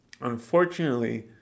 unfortunately